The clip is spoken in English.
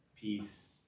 peace